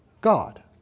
God